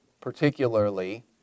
particularly